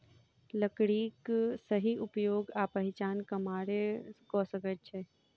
लकड़ीक सही उपयोग आ पहिचान कमारे क सकैत अछि